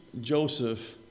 Joseph